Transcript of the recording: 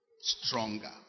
Stronger